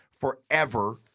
forever